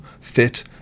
fit